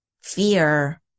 fear